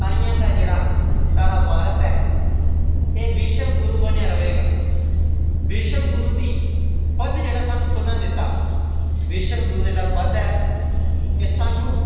ताइयें गै जेह्ड़ा साढ़ा भारत ऐ एह् विश्व गूरू बने दा रवेगा विश्वगूरू दा पद जेह्ड़ा असें गी कुसनै दित्ता बिश्वगूरू दा जेह्ड़ा पद ऐ एह् सानूं